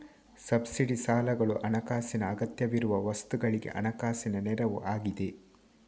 subsidy ಸಾಲಗಳು ಹಣಕಾಸಿನ ಅಗತ್ಯವಿರುವ ವಸ್ತುಗಳಿಗೆ ಹಣಕಾಸಿನ ನೆರವು ಆಗಿದೆ